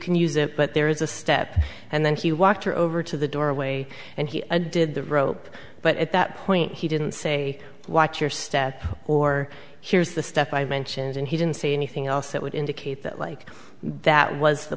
can use it but there is a step and then he walked her over to the doorway and he did the rope but at that point he didn't say watch your step or here's the step i mentioned and he didn't say anything else that would indicate that like that was the